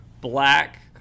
black